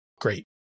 great